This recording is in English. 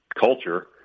culture